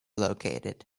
located